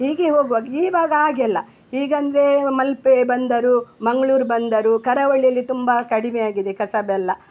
ಹೀಗೆ ಹೋಗ್ವಾಗ ಈವಾಗ ಆಗೆಲ್ಲ ಈಗೆಂದ್ರೆ ಮಲ್ಪೆ ಬಂದರು ಮಂಗ್ಳೂರು ಬಂದರು ಕರಾವಳಿಯಲಿ ತುಂಬ ಕಡಿಮೆಯಾಗಿದೆ ಕಸುಬೆಲ್ಲ